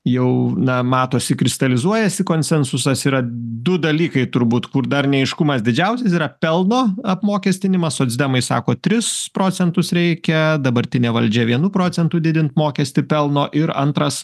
jau na matosi kristalizuojasi konsensusas yra du dalykai turbūt kur dar neaiškumas didžiausias yra pelno apmokestinimas socdemai sako tris procentus reikia dabartinė valdžia vienu procentu didint mokestį pelno ir antras